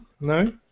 No